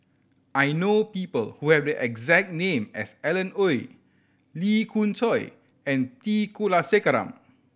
I know people who have the exact name as Alan Oei Lee Khoon Choy and T Kulasekaram